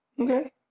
Okay